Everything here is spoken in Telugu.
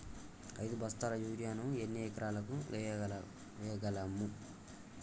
ఐదు బస్తాల యూరియా ను ఎన్ని ఎకరాలకు వేయగలము?